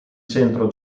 centro